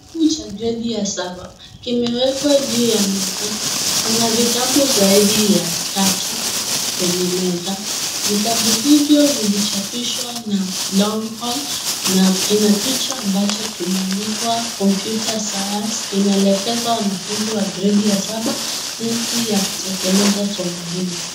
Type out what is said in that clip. Kitabu cha gredi ya saba kimewekwa juu ya meza. Kuna vitabu zaidi ya tatu kwenye meza. Vitabu hivyo vilichapishwa na longhorn na kina picha ambacho kimeandikwa computer science inaelekeza wanafunzi wa gredi ya saba jinsi ya kutekeleza somo hilo.